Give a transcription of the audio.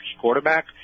quarterback